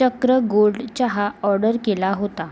चक्र गोल्ड चहा ऑर्डर केला होता